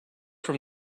from